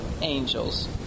angels